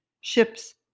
ships